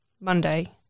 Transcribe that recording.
Monday